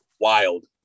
Wild